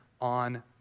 on